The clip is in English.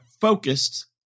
focused